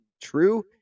true